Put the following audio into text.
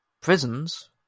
Prisons